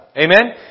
amen